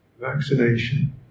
vaccination